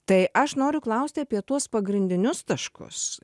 tai aš noriu klausti apie tuos pagrindinius taškus